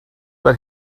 but